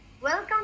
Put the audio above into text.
welcome